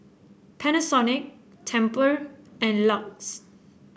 Panasonic Tempur and L U X